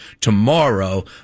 tomorrow